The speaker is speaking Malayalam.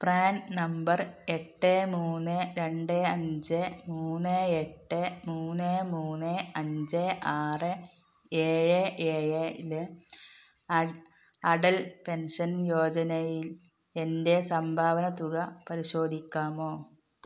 പ്രാൻ നമ്പർ എട്ട് മൂന്ന് രണ്ട് അഞ്ച് മൂന്ന് എട്ട് മൂന്ന് മൂന്ന് അഞ്ച് ആറ് ഏഴ് ഏഴിൽ അഡ് അടൽ പെൻഷൻ യോജനയിൽ എൻ്റെ സംഭാവന തുക പരിശോധിക്കാമോ